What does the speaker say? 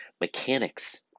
mechanics